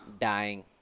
Dying